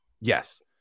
Yes